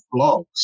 blogs